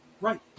Right